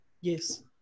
Yes